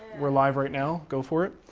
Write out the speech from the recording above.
we're live right now, go for it.